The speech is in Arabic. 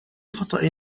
خطأ